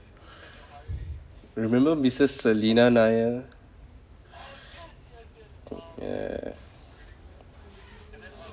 remember mrs selena nair ya